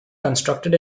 constructed